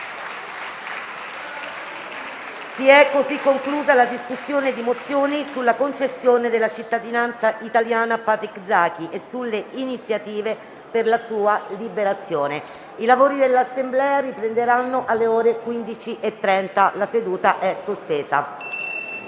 Si è così conclusa la discussione sulle mozioni sulla concessione della cittadinanza italiana a Patrick Zaki e sulle iniziative per la sua liberazione. I lavori dell'Assemblea riprenderanno alle ore 15,30. La seduta è sospesa.